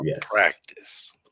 practice